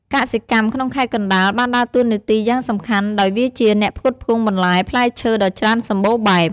កសិកម្មក្នុងខេត្តកណ្ដាលបានដើរតួនាទីយ៉ាងសំខាន់ ដោយវាជាអ្នកផ្គត់ផ្គង់បន្លែផ្លែឈើដ៏ច្រើនសម្បូរបែប។